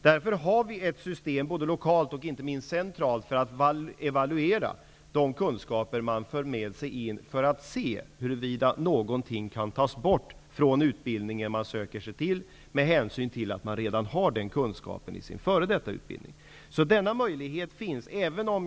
Därför har vi ett system både lokalt och, inte minst, centralt när det gäller att evaluera de kunskaper som man för med sig för att se om något kan tas bort från den utbildning som man söker sig till -- just med hänsyn till att en person redan har kunskaper från tidigare utbildning. Den möjlighet som frågan gällde finns alltså.